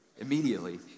Immediately